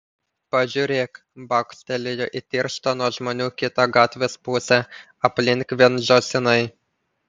pažiūrėk bakstelėjo į tirštą nuo žmonių kitą gatvės pusę aplink vien žąsinai